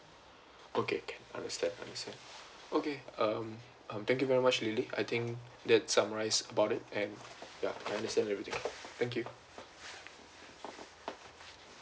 okay can understand understand okay um um thank you very much lily I think that summarise about it and ya I understand everything thank you